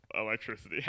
electricity